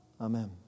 Amen